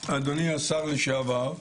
אדוני השר לשעבר,